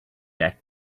that